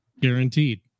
guaranteed